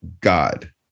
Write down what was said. god